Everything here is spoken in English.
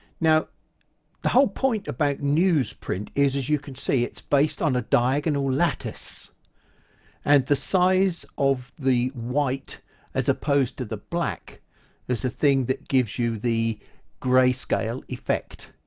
now the whole point about newsprint is as you can see it's based on a diagonal lattice and the size of the white as opposed to the black is the thing that gives you the grey-scale effect.